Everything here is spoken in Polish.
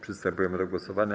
Przystępujemy do głosowania.